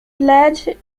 led